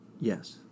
yes